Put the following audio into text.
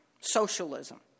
socialism